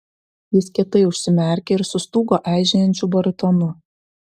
jis kietai užsimerkė ir sustūgo eižėjančiu baritonu